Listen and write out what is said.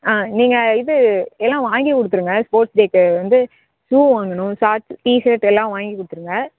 ஆ நீங்கள் இது எல்லாம் வாங்கிக் கொடுத்துருங்க ஸ்போர்ட்ஸ் டேவுக்கு வந்து ஷூ வாங்கணும் சாக்ஸ் டிசர்ட் எல்லாம் வாங்கிக் கொடுத்துருங்க